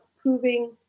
proving